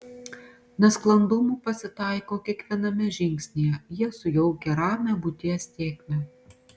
nesklandumų pasitaiko kiekviename žingsnyje jie sujaukia ramią būties tėkmę